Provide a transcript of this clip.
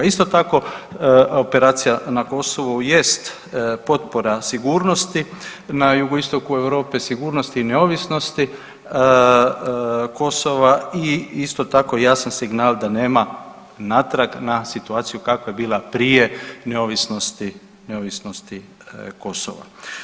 Isto tako operacija na Kosovu jest potpora sigurnosti, ja Jugoistoku Europe sigurnosti i neovisnosti Kosova i isto tako jasan signal da nema natrag na situaciju kakva je bila prije neovisnosti Kosova.